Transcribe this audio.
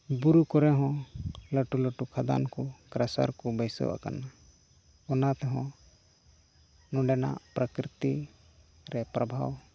ᱵᱩᱨᱩ ᱠᱚᱨᱮ ᱦᱚᱸ ᱞᱟᱹᱴᱩ ᱞᱟᱹᱴᱩ ᱠᱷᱟᱫᱟᱱ ᱠᱚ ᱠᱮᱥᱟᱨ ᱠᱚ ᱢᱮᱥᱤᱱᱟᱜ ᱠᱟᱱᱟ ᱚᱱᱟ ᱛᱮᱦᱚᱸ ᱱᱚᱰᱮᱱᱟᱜ ᱯᱨᱟᱠᱨᱤᱛᱤᱠ ᱯᱨᱚᱵᱷᱟᱵᱽ